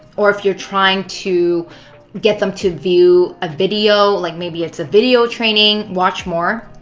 or you're trying to get them to view a video, like maybe it's a video training. watch more.